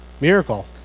miracle